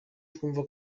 twumva